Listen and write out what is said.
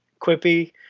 quippy